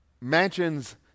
Mansions